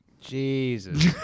Jesus